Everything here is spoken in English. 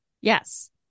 yes